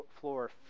floor